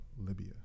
Libya